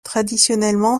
traditionnellement